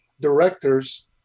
directors